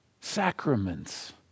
sacraments